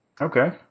Okay